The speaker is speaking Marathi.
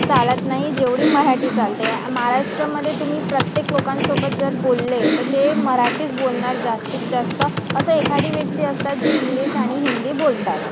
चालत नाही जेवढी मराठी चालते महाराष्ट्रामध्ये तुम्ही प्रत्येक लोकांसोबत जर बोलले तर ते मराठीच बोलणार जास्तीत जास्त असं एखादी व्यक्ती असतात जे इंग्लिश आणि हिंदी बोलतात